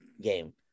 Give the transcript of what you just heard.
game